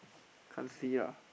can't see lah